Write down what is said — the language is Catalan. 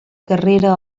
carrera